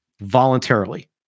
voluntarily